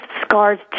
scars